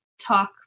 talk